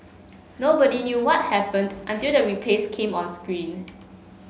nobody knew what happened until the replays came on screen